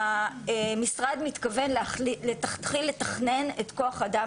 המשרד מתכוון להתחיל לתכנן את כוח האדם